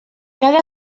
cada